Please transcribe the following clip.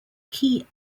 key